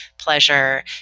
pleasure